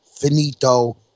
Finito